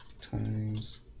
times